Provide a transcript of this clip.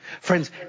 Friends